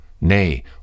Nay